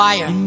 Fire